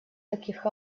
таких